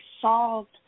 solved